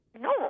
No